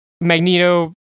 Magneto